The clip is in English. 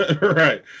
right